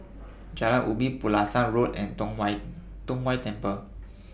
Jalan Ubi Pulasan Road and Tong Whye Tong Whye Temple